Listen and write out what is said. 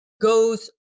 goes